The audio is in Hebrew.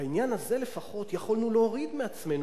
בעניין הזה לפחות יכולנו להוריד מעצמנו